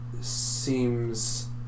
seems